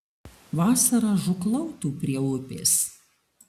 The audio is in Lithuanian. vasarą žūklautų prie upės